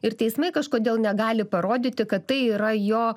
ir teismai kažkodėl negali parodyti kad tai yra jo